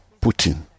Putin